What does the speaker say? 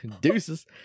Deuces